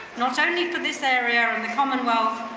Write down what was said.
not only for this area and the commonwealth,